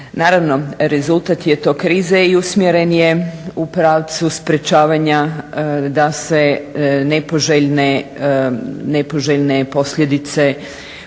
Naravno rezultat je to krize i usmjeren je u pravcu sprečavanja da se nepoželjne posljedice koje